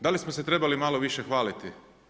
Da li smo se trebali malo više hvaliti?